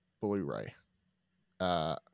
Blu-ray